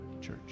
church